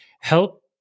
help